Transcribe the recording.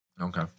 Okay